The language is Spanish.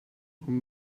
con